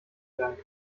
werden